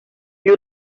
you